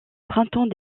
printemps